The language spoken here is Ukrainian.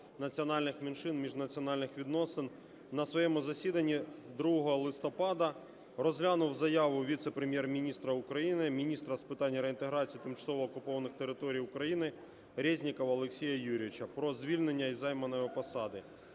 національних меншин і міжнаціональних відносин на своєму засіданні 2 листопада розглянув заяву Віце-прем'єр-міністра України – Міністра з питань реінтеграції тимчасово окупованих територій України Резнікова Олексія Юрійовича про звільнення із займаної посади.